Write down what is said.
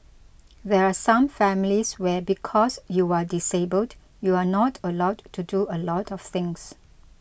there are some families where because you are disabled you are not allowed to do a lot of things